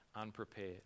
unprepared